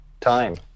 time